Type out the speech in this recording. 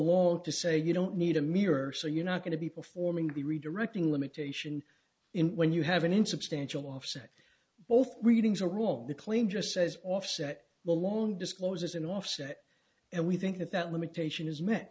along to say you don't need a mirror so you're not going to be performing be redirecting limitation in when you have an insubstantial offset both readings are wrong the claim just says offset the long discloses an offset and we think that that limitation is met